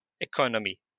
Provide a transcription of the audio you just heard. economy